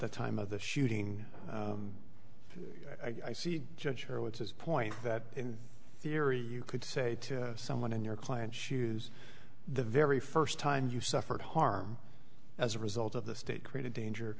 the time of the shooting i see a judge here which is point that in theory you could say to someone in your client's shoes the very first time you suffered harm as a result of the state create a danger